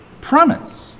promise